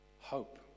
hope